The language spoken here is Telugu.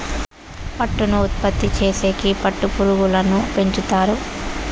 పట్టును ఉత్పత్తి చేసేకి పట్టు పురుగులను పెంచుతారు